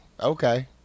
Okay